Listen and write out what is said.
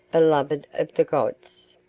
beloved of the gods.